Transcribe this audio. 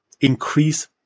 increase